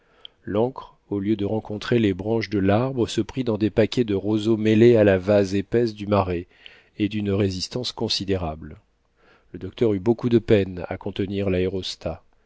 l'ancre au lieu de rencontrer les branches de l'arbre se prit dans des paquets de roseaux mêlés à la vase épaisse du marais et d'une résistance considérable le docteur eut beaucoup de peine à contenir l'aérostat